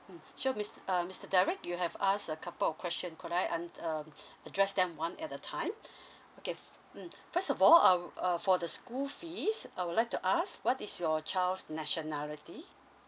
mmhmm sure mist~ uh mister derrick you have asked a couple of questions could I un~ um address them one at a time okay f~ mmhmm first of all uh uh for the school fees I would like to ask what is your child's nationality